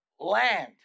land